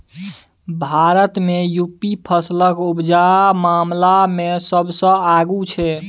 भारत मे युपी फसलक उपजा मामला मे सबसँ आगु छै